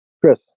Chris